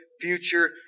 future